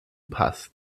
passt